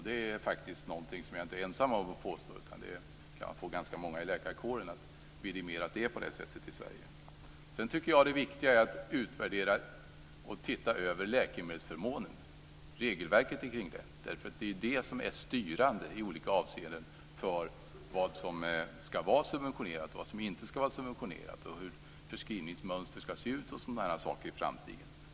Det är faktiskt något som jag inte är ensam om att påstå. Man kan få ganska många i läkarkåren att vidimera att det är på det sättet i Sverige. Sedan tycker jag att det viktiga är att utvärdera och titta över läkemedelsförmånen och regelverket omkring det. Det är ju det som är styrande i olika avseenden för vad som skall vara subventionerat och vad som inte skall vara subventionerat och för hur förskrivningsmönster skall se ut i framtiden.